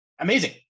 Amazing